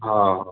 हो हो